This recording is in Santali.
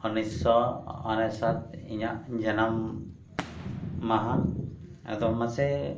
ᱩᱱᱤᱥᱥᱚ ᱩᱱᱩᱥᱟᱴ ᱤᱧᱟᱹᱜ ᱡᱟᱱᱟᱢ ᱢᱟᱦᱟ ᱟᱫᱚ ᱢᱟᱥᱮ